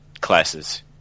classes